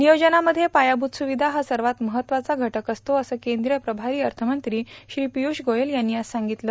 नियोजनामध्ये पायाभूत सुविधा हा सर्वात महत्त्वाचा घटक असतो असं केंद्रीय प्रभारी अर्थमंत्री श्री पीयुष गोयल यांनी आज सांगितलं